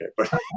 Okay